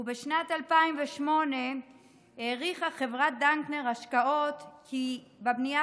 ובשנת 2008 העריכה חברת דנקנר השקעות כי בבנייה